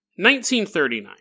1939